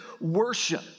worship